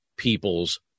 people's